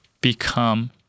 become